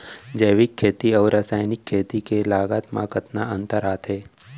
जैविक खेती अऊ रसायनिक खेती के लागत मा कतना अंतर आथे?